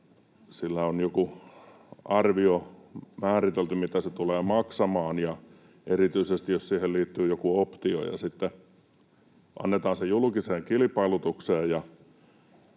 sille on joku arvio määritelty, mitä se tulee maksamaan, erityisesti jos siihen liittyy joku optio, ja sitten se annetaan julkiseen kilpailutukseen